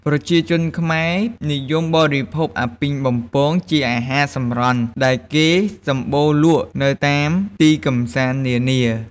ប្រជាជនខ្មែរនិយមបរិភោគអាពីងបំពងជាអាហារសម្រន់ដែលគេសម្បូរលក់នៅតាមទីកំសាន្តនានា ។